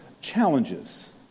challenges